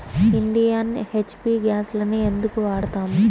Indian, HP గ్యాస్లనే ఎందుకు వాడతాము?